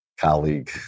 colleague